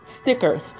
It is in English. stickers